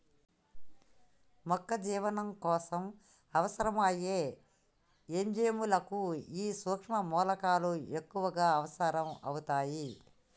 మొక్క జీవనం కోసం అవసరం అయ్యే ఎంజైముల కు ఈ సుక్ష్మ మూలకాలు ఎక్కువగా అవసరం అవుతాయి